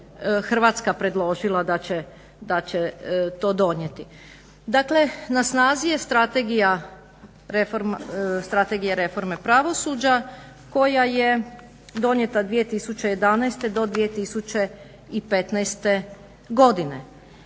Hrvatska predložila da će to donijeti. Dakle, na snazi je Strategija reforme pravosuđa koja je donijeta 2011. do 2015. godine.